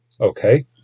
Okay